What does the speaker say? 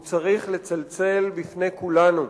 הוא צריך לצלצל לכולנו.